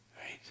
Right